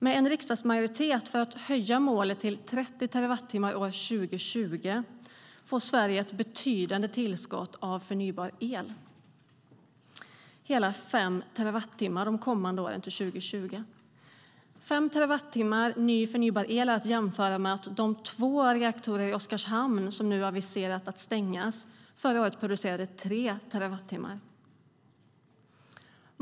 Med en riksdagsmajoritet för att höja målet till 30 terawattimmar år 2020 får Sverige ett betydande tillskott av förnybar el, hela fem terawattimmar de kommande åren till 2020. Fem terawattimmar förnybar el är att jämföra med att de två reaktorer i Oskarshamn som man nu har aviserat ska stängas förra året producerade tre terawattimmar.